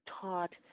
taught